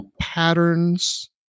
patterns